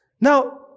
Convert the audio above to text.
Now